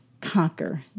conquer